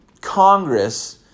Congress